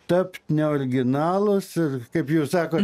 tapt neoriginalūs ir kaip jūs sakot